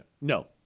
No